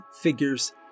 figures